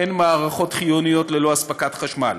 אין מערכות חיוניות ללא אספקת חשמל.